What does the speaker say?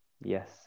Yes